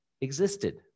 existed